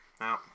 No